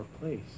place